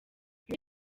iyo